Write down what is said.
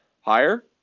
higher